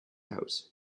house